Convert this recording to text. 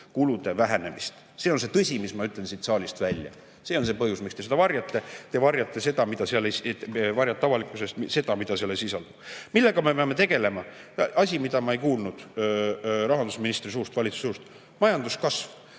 kulude vähenemist. See on tõsi, mis ma ütlen siit saalist välja. See on see põhjus, miks te seda varjate. Te varjate avalikkuse eest seda, mida seal ei sisaldu. Millega me peame tegelema? Asi, mida ma ei kuulnud rahandusministri suust, valitsuse suust: majanduskasv.